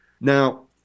Now